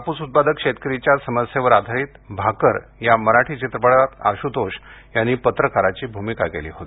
काप्स उत्पादक शेतकऱ्या समस्येवर आधारीत भाकर या मराठी चित्रपटात आशुतोष यांनी पत्रकाराची भूमिका केली होती